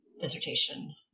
dissertation